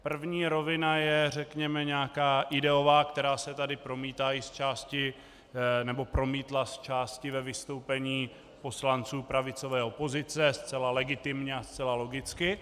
První rovina je řekněme nějaká ideová, která se tady promítla i zčásti ve vystoupení poslanců pravicové opozice zcela legitimně a zcela logicky.